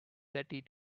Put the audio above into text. thirty